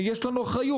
יש לנו אחריות,